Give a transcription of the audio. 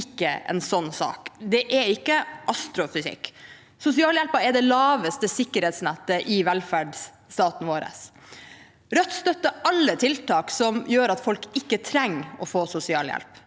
er ikke en sånn sak. Det er ikke astrofysikk. Sosialhjelpen er det laveste sikkerhetsnettet i velferdsstaten vår. Rødt støtter alle tiltak som gjør at folk ikke trenger å få sosialhjelp,